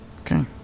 Okay